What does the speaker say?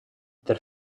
their